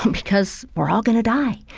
because we're all going to die.